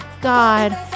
god